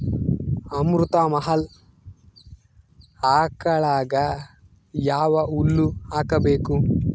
ಅಮೃತ ಮಹಲ್ ಆಕಳಗ ಯಾವ ಹುಲ್ಲು ಹಾಕಬೇಕು?